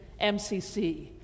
MCC